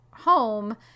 home